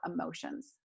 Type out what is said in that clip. emotions